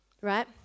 right